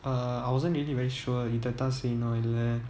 uh I wasn't really very sure இத தான் செய்யணும் இல்ல:itha thaan seiyanum illa